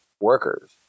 workers